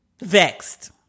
Vexed